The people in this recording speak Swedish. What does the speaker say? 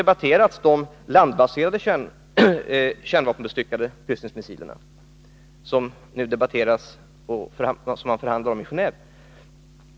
Mest har de landbaserade kärnvapenbestyckade kryssningsmissilerna debatterats, som man nu förhandlar om i Gendve.